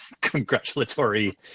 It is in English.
congratulatory